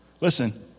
Listen